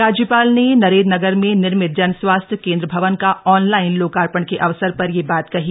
राज्यपाल ने नरेन्द्र नगर में निर्मित जन स्वास्थ्य केन्द्र भवन का ऑनलाइन लोकार्पण के अवसर पर यह बात कही